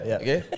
okay